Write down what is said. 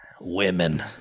women